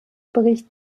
berichts